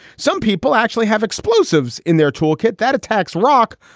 some people actually have explosives in their tool kit that attacks rock,